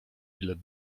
bilet